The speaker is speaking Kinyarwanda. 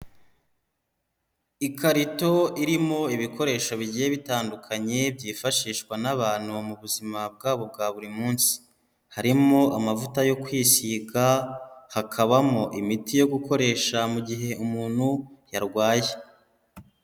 Ikarito irimo ibikoresho bigiye bitandukanye byifashishwa n'abantu mu buzima bwabo bwa buri munsi, harimo amavuta yo kwisiga, hakabamo imiti yo gukoresha mu gihe umuntu yarwaye.